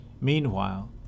Meanwhile